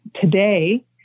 today